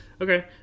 Okay